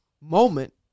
moment